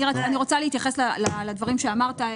אני רוצה להתייחס למילים שאמרת.